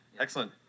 Excellent